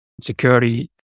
security